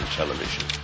television